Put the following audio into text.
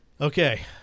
Okay